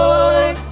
Lord